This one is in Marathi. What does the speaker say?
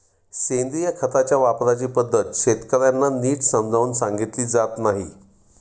सेंद्रिय खताच्या वापराची पद्धत शेतकर्यांना नीट समजावून सांगितली जात नाही